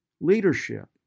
leadership